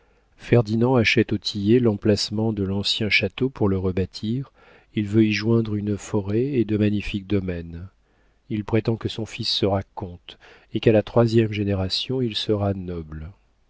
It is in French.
ferdinand achète au tillet l'emplacement de l'ancien château pour le rebâtir il veut y joindre une forêt et de magnifiques domaines il prétend que son fils sera comte et qu'à la troisième génération il sera noble